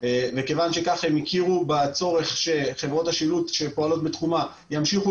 וכיוון שכך הם הכירו בצורך שחברות השילוט שפועלות בתחומה ימשיכו